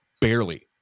barely